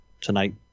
Tonight